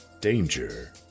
danger